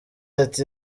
ati